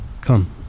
Come